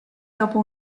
dopo